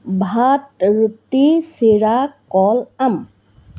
ভাত ৰুটি চিৰা কল আম